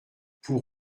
pour